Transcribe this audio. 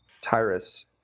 tyrus